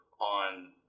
on